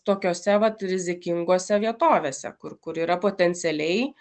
tokiose vat rizikingose vietovėse kur kur yra potencialiai